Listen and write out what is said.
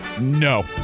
no